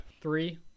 Three